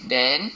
then